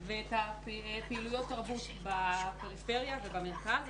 ואת הפעילות תרבות בפריפריה ובמרכז.